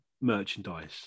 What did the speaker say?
merchandise